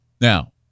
Now